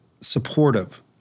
supportive